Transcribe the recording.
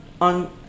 on